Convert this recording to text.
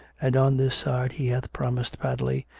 and on this side he hath promised padley,